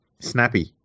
snappy